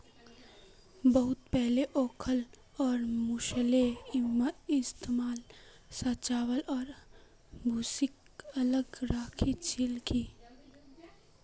बहुत पहले ओखल और मूसलेर इस्तमाल स चावल आर भूसीक अलग राख छिल की